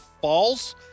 false